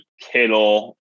Kittle